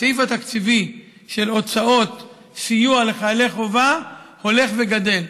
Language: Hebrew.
הסעיף התקציבי של הוצאות סיוע לחיילי חובה הולך וגדל.